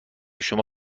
شما